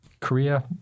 Korea